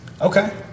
Okay